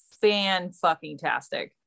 fan-fucking-tastic